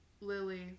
Lily